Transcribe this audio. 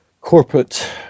corporate